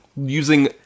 using